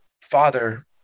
father